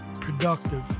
productive